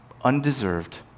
undeserved